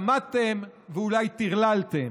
שמעתם, ואולי טרללתם.